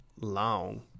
long